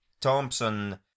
Thompson